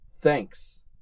Thanks